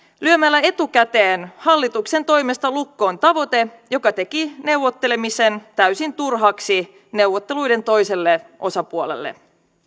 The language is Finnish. lyömällä etukäteen hallituksen toimesta lukkoon tavoite joka teki neuvottelemisen täysin turhaksi neuvotteluiden toiselle osapuolelle